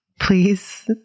Please